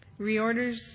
reorders